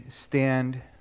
stand